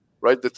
right